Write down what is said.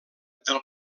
del